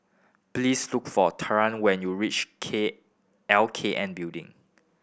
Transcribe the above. please look for Taryn when you reach K L K N Building